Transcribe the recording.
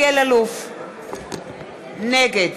נגד